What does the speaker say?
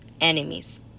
enemies